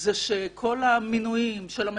כלומר